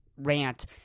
Rant